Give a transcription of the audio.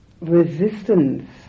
resistance